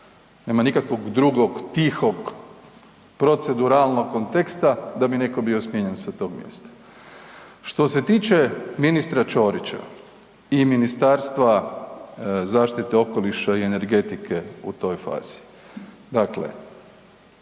Nema nikakvog drugog tihog proceduralnog konteksta da bi netko bio smijenjen sa tog mjesta. Što se tiče ministra Ćorića i Ministarstva zaštite okoliša i energetike u toj fazi,